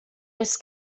oes